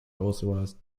authorized